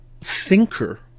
thinker